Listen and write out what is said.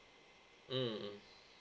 mm mm